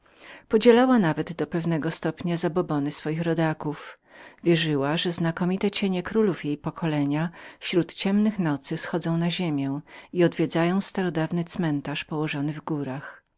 podzielała nawet do pewnego punktu zabobony swoich rodaków wierzyła że znakomite cienie królów jej pokolenia śród ciemnych nocy schodziły na ziemię i odwiedzały dawny cmentarz położony w górach